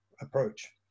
approach